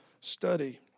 study